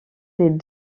des